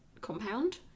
compound